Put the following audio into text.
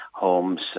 homes